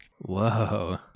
Whoa